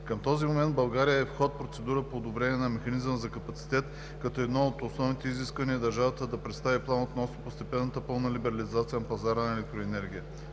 Към този момент в България е в ход процедура по одобряване на механизъм за капацитет, като едно от основните изискванията е държавата да представи план относно постепенна пълна либерализация на пазара на електроенергия.